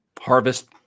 harvest